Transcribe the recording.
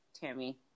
Tammy